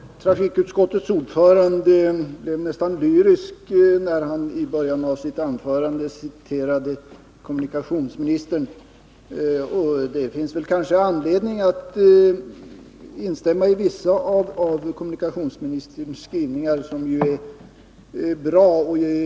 Herr talman! Trafikutskottets ordförande blev nästan lyrisk när han i början av sitt anförande citerade kommunikationsministern. Och det finns kanske anledning att instämma i vissa av kommunikationsministerns skrivningar, som ju är bra.